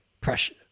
Pressure